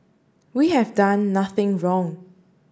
we have done nothing wrong